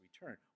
return